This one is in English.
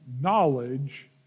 knowledge